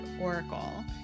Oracle